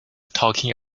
talking